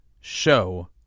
show